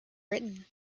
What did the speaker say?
written